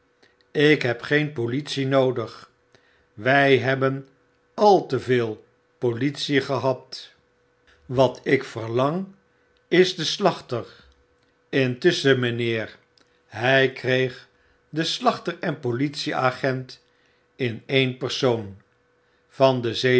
ik heb geenpolitie noodig wy hebben al te veel politie gehad wat ik verlang is de slachter intusschen mijnheer hy kreeg den slachter en politieagent in een persoon van de